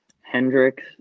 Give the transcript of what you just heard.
Hendricks